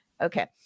Okay